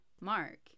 mark